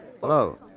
hello